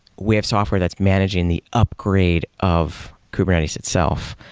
we have software that's managing the upgrade of kubernetes itself,